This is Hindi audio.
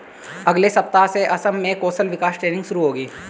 अगले सप्ताह से असम में कौशल विकास ट्रेनिंग शुरू होगी